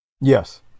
Yes